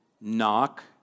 knock